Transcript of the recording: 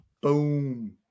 Boom